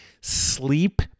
Sleep